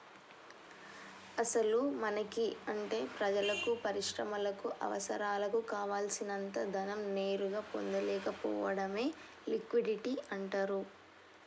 అసలు మనకి అంటే ప్రజలకు పరిశ్రమలకు అవసరాలకు కావాల్సినంత ధనం నేరుగా పొందలేకపోవడమే లిక్విడిటీ అంటారు